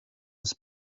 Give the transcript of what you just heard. his